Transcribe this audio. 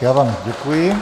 Já vám děkuji.